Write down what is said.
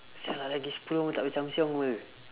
[sial] ah lagi sepuluh tak boleh zhao siang [pe]